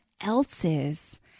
else's